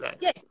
yes